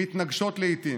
מתנגשות לעיתים,